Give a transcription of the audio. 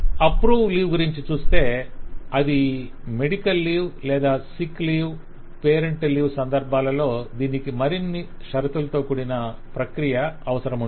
approve leave గురించి చూస్తే అది మెడికల్ లీవ్ లేదా సిక్ లీవ్ పేరెంటల్ లీవ్ సందర్భాలలో దీనికి మరిన్ని షరతులతో కూడిన ప్రక్రియ అవసరముంటుంది